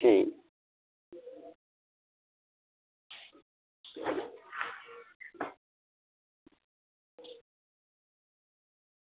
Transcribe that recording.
ठीक